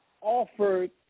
offered